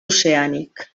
oceànic